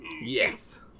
Yes